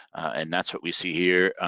and that's what we see here.